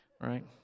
Right